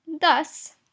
Thus